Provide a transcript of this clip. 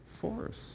force